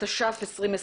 התש"ף-2020.